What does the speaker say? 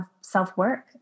self-work